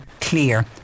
clear